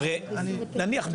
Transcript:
נניח,